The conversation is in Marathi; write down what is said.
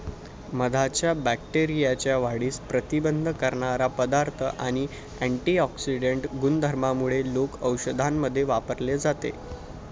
मधाच्या बॅक्टेरियाच्या वाढीस प्रतिबंध करणारा पदार्थ आणि अँटिऑक्सिडेंट गुणधर्मांमुळे लोक औषधांमध्ये वापरले जाते